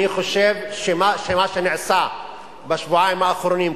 אני חושב שמה שנעשה בשבועיים האחרונים,